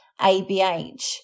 ABH